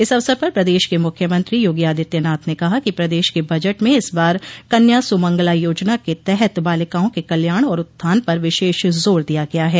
इस अवसर पर प्रदेश के मुख्यमंत्री योगी आदित्यनाथ ने कहा कि प्रदेश के बजट में इस बार कन्या सुमंगला योजना के तहत बालिकाओं के कल्याण और उत्थान पर विशेष जोर दिया गया है